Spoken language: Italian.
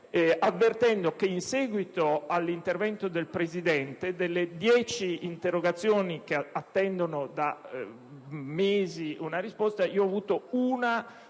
avvertendo che, a seguito dell'intervento del Presidente, sulle dieci interrogazioni che attendono da mesi una risposta ho avuto una